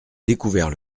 découvert